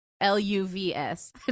L-U-V-S